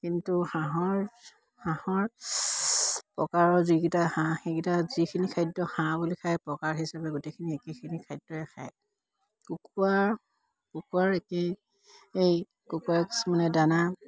কিন্তু হাঁহৰ হাঁহৰ প্ৰকাৰৰ যিকেইটা হাঁহ সেইকেইটা যিখিনি খাদ্য হাঁহ বুলি খায় প্ৰকাৰ হিচাপে গোটেইখিনি একেখিনি খাদ্যই খায় কুকুৰাৰ কুকুৰাৰ একেই কুকুৰাৰ কিছুমানে দানা